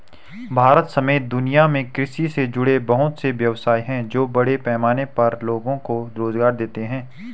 भारत समेत दुनिया में कृषि से जुड़े बहुत से व्यवसाय हैं जो बड़े पैमाने पर लोगो को रोज़गार देते हैं